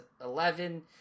eleven